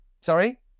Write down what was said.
Sorry